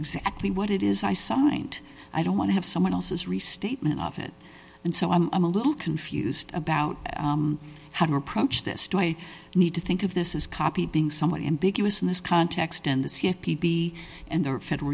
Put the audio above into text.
exactly what it is i signed i don't want to have someone else's restatement of it and so i'm i'm a little confused about how to approach this do i need to think of this is copy being somewhat ambiguous in this context and see if p p and the federal